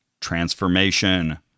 transformation